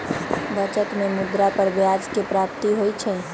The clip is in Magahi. बचत में मुद्रा पर ब्याज के प्राप्ति होइ छइ